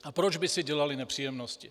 A proč by si dělali nepříjemnosti?